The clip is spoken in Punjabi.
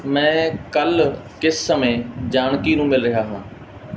ਮੈਂ ਕੱਲ੍ਹ ਕਿਸ ਸਮੇਂ ਜਾਨਕੀ ਨੂੰ ਮਿਲ ਰਿਹਾ ਹਾਂ